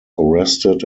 arrested